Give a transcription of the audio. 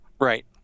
Right